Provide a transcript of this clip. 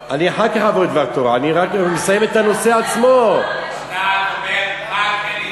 דבר תורה, אני אחר כך אעבור לדבר תורה.